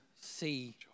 see